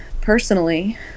personally